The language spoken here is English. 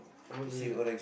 how much is it